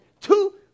Two